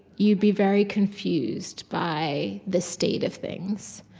you'd be very confused by the state of things.